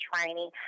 training